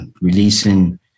releasing